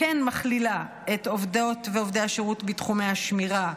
מכלילה את עובדות ועובדי השירות בתחום השמירה,